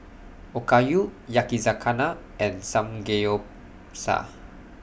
Okayu Yakizakana and Samgeyopsal